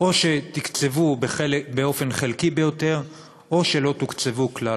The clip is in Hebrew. או שתוקצבו באופן חלקי ביותר או שלא תוקצבו כלל.